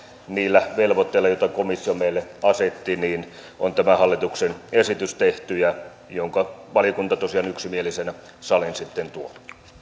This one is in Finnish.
niillä velvoitteilla joita komissio meille asetti on tämä hallituksen esitys tehty jonka valiokunta tosiaan yksimielisenä saliin sitten tuo